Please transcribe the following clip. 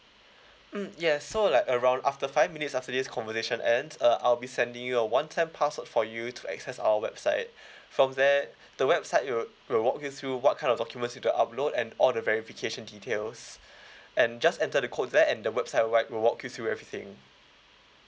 mm yes so like around after five minutes after this conversation ends uh I'll be sending you a one-time password for you to access our website from there the website it will will walk you through what kind of documents you to upload and all the verification details and just enter the code there and the website will will walk you through everything